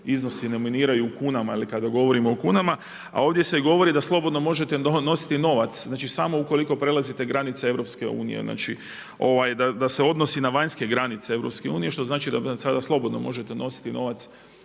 iznosi nominiraju u kunama kada govorimo o kunama, a ovdje se govori da slobodno možete nositi novac, samo ukoliko prelazite granice EU, znači da se odnosi na vanjske granice EU što znači da vi sada slobodno možete novac